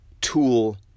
tool